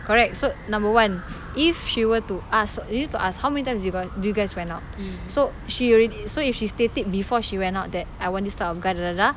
correct so number one if she were to ask you need to ask how many times did you guys did you guys went out so she already so if she state it before she went out that I want this type of guy